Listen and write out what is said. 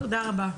תודה רבה.